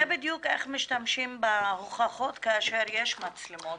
זה בדיוק איך משתמשים בהוכחות כאשר יש מצלמות.